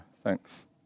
Thanks